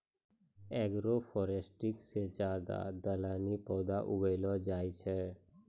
agroforestry से ज्यादा दलहनी पौधे उगैलो जाय छै